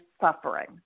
suffering